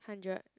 hundred